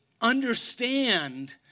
understand